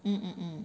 mm mm mm